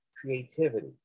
creativity